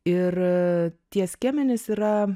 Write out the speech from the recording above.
ir tie skiemenys yra